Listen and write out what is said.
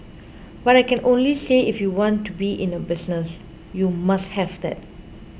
but I can only say if you want to be in a business you must have that